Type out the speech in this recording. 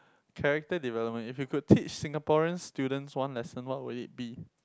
character development if you could Singaporean students one lesson what would it be